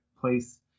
place